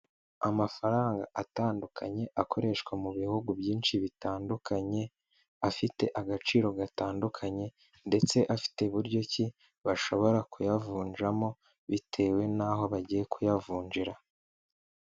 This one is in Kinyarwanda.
Amafaranga atandukanye akoreshwa mu bihugu byinshi bitandukanye, afite agaciro gatandukanye ndetse afite buryo ki bashobora kuyavunjamo, bitewe n'aho bagiye kuyavunjira.